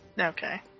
okay